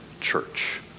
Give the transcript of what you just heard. church